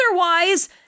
otherwise